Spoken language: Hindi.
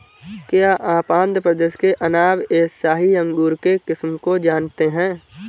क्या आप आंध्र प्रदेश के अनाब ए शाही अंगूर के किस्म को जानते हैं?